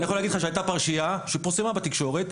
אני יכול להגיד לך שהייתה פרשייה שפורסמה בתקשורת,